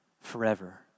forever